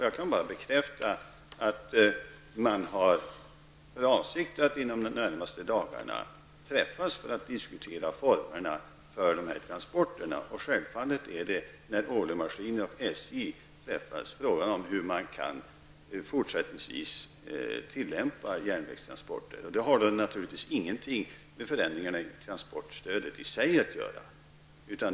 Jag kan bara bekräfta att parterna har för avsikt att inom de närmaste dagarna träffas för att diskutera formerna för transporterna. Självfallet är det när Ålö-Maskiner och SJ träffas fråga om hur järnvägstransporterna fortsättningsvis kan ske. Det har naturligtvis ingenting med förändringarna i transportstödet i sig att göra.